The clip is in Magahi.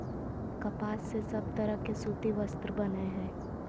कपास से सब तरह के सूती वस्त्र बनय हय